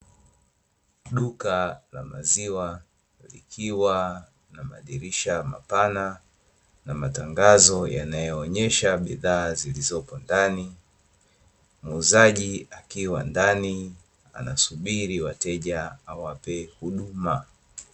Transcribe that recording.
Duka la maziwa likiwa na madirisha mapana, na matangazo yanayoonyesha bidhaa zilizopo ndani, muuzaji akiwa ndani anasubiri wateja awape huduma.